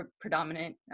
predominant